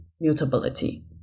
mutability